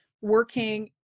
working